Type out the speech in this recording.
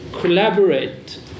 collaborate